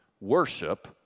worship